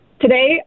Today